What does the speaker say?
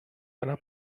einer